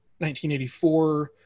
1984